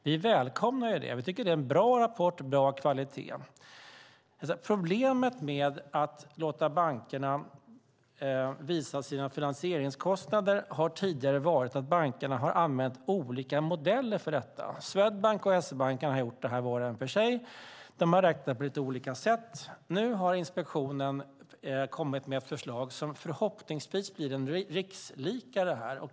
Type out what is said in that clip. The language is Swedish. Vi välkomnar det och tycker att det är en bra rapport med bra kvalitet. Problemet med att låta bankerna visa sina finansieringskostnader har tidigare varit att bankerna har använt olika modeller för detta. Swedbank och SE-banken har gjort det var och en för sig och räknat på lite olika sätt. Nu har inspektionen kommit med ett förslag som förhoppningsvis blir en rikslikare.